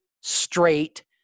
straight